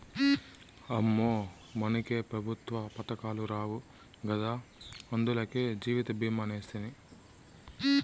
అమ్మో, మనకే పెఋత్వ పదకాలు రావు గదా, అందులకే జీవితభీమా సేస్తిని